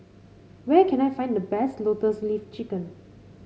where can I find the best Lotus Leaf Chicken